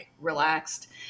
relaxed